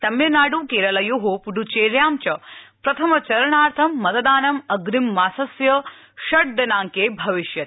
तमिलनाडु केरलयोः पुड्चेर्य्यां च प्रथम चरणार्थं मतदानं अग्रिम मासस्य षड् दिनांके भविष्यति